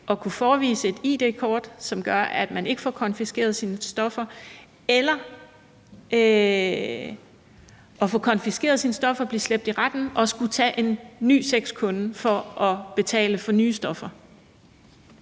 at kunne forevise et id-kort, som gør, at man ikke får konfiskeret sine stoffer, eller at få konfiskeret sine stoffer, blive slæbt i retten og skulle tage en ny sexkunde for at betale for nye stoffer?